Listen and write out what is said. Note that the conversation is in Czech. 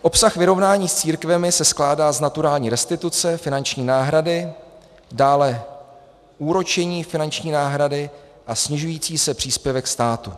Obsah vyrovnání s církvemi se skládá z naturální restituce, finanční náhrady, dále úročení finanční náhrady a snižující se příspěvek státu.